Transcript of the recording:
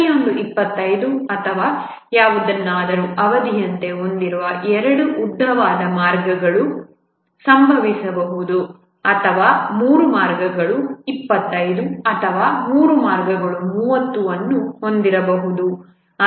ಪ್ರತಿಯೊಂದೂ 25 ಅಥವಾ ಯಾವುದನ್ನಾದರೂ ಅವಧಿಯಂತೆ ಹೊಂದಿರುವ ಎರಡು ಉದ್ದವಾದ ಮಾರ್ಗಗಳು ಸಂಭವಿಸಬಹುದು ಅಥವಾ ಮೂರು ಮಾರ್ಗಗಳು 25 ಅಥವಾ ಮೂರು ಮಾರ್ಗಗಳು 30 ಅನ್ನು ಹೊಂದಿರಬಹುದು